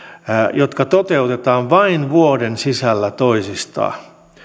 jotka toteutetaan vain vuoden sisällä toisistaan